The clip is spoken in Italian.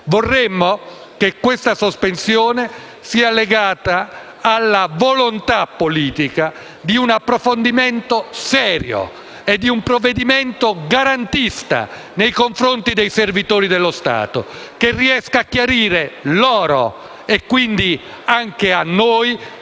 Vorremmo che questa sospensione fosse legata alla volontà politica di un approfondimento serio e di un provvedimento garantista nei confronti dei servitori dello Stato, che riesca a chiarire loro - e quindi anche a noi